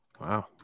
Wow